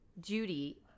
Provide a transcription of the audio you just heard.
Judy